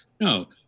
No